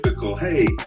Hey